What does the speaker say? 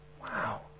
Wow